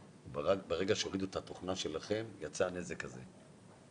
שברגע שהורידו את התוכנה שלכם נוצר הנזק הזה?